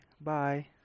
Bye